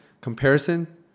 comparison